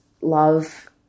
love